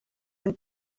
and